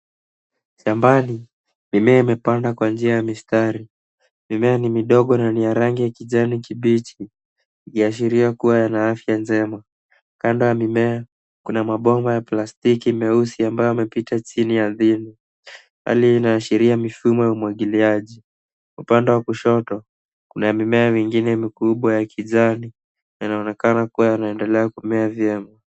Shambani, mimea imepandwa Kwa njia ya mistari. Mimea ni midogo na ni ya rangi ya kijani kibichi ikiashiria kuwa na afya njema. Kando ya mimea kuna mabomba ya plastiki meusi ambayo imepita chini ardhini. Hali hii inaashiria mifumo ya umwangiliaji. Upande wa kushoto kuna mimea mingine mikubwa ya kijani. Yanaonekana kuwa yanaendelea kukua vyema.